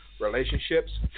relationships